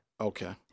Okay